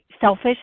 selfish